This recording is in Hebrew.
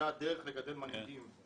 זו הדרך לגדל מנהיגים.